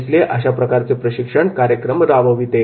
नेसले अशा प्रकारचे प्रशिक्षण कार्यक्रम राबविते